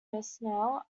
personnel